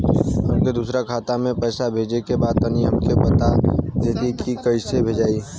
हमके दूसरा खाता में पैसा भेजे के बा तनि हमके बता देती की कइसे भेजाई?